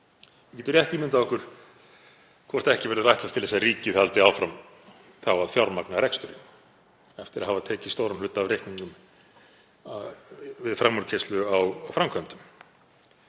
Við getum rétt ímyndað okkur hvort ekki verði ætlast til þess að ríkið haldi áfram að fjármagna reksturinn eftir að hafa tekið stóran hluta af reikningnum við framúrkeyrslu á framkvæmdum.